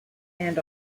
and